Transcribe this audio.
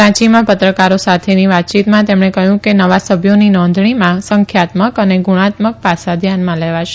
રાંચીમાં પત્રકારો સાથેની વાતચીતમાં તેમણે કહયું કે નવા સભ્યોની નોંધણીમાં સંખ્યાત્મક અને ગુણાત્મક પાસાં ધ્યાનમાં લેવાશે